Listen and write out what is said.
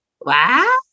wow